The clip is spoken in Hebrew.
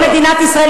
רק במדינת ישראל,